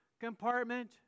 compartment